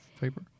paper